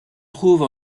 trouve